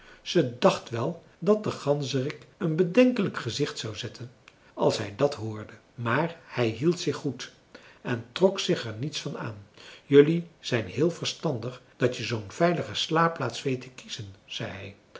ze dacht wel dat de ganzerik een bedenkelijk gezicht zou zetten als hij dat hoorde maar hij hield zich goed en trok zich er niets van aan jelui zijn heel verstandig dat je zoo'n veilige slaapplaats weet te kiezen zei